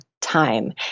time